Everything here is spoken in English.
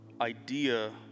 idea